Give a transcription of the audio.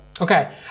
okay